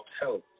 health